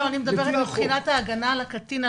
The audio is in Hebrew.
אבל אני מדברת מבחינת ההגנה על הקטין,